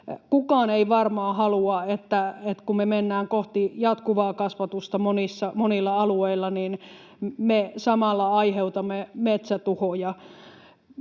Kukaan ei varmaan halua, että kun me menemme kohti jatkuvaa kasvatusta monilla alueilla, niin me samalla aiheutamme metsätuhoja.